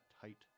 tight